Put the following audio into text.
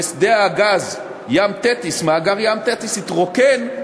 ושדה הגז "ים תטיס" מאגר "ים תטיס" התרוקן,